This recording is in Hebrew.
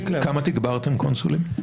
כמה תגברתם קונסולים?